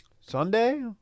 Sunday